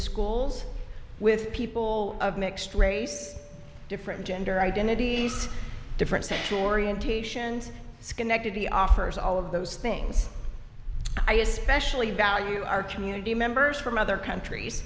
schools with people of mixed race different gender identities different sexual orientations schenectady our first all of those things i especially value our community members from other countries